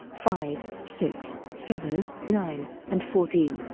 five, six, seven, nine, and fourteen.